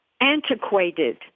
antiquated